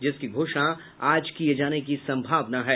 जिसकी घोषणा आज किये जाने की संभावना है